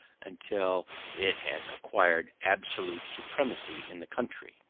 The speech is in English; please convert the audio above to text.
until it has acquired absolute supremacy in the country.